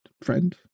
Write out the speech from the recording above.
friend